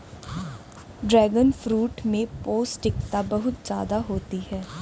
dragon fruit में पौष्टिकता बहुत ज्यादा होती है